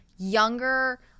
younger